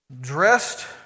dressed